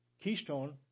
Keystone